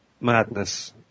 madness